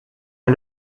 est